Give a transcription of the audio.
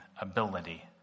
ability